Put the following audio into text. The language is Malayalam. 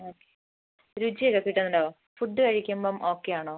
രുചിയൊക്കെ കിട്ടുന്നുണ്ടോ ഫുഡ് കഴിക്കുമ്പം ഓക്കെ ആണോ